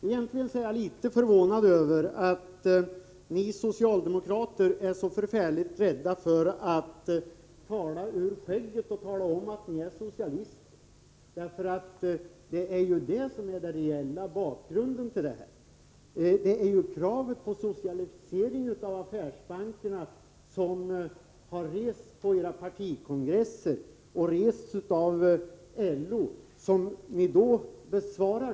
Egentligen är jag litet förvånad över att ni socialdemokrater är så förfärligt rädda för att tala ur skägget. Ni är väldigt rädda för att tala om att ni är socialister. Det är den reella bakgrunden i det här sammanhanget. På era partikongresser och även från LO-håll har man ju rest kravet på en Nr 52 socialisering av affärsbankerna.